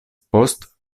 post